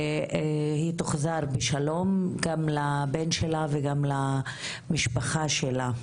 והיא תוחזר בשלום, גם לבן שלה וגם למשפחה שלה.